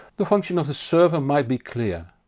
the function of the server might be clear.